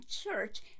church